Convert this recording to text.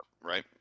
right